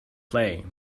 play